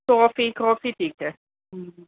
coffee coffee ਠੀਕ ਹੈ